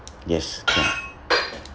yes can